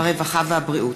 הרווחה והבריאות.